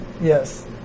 yes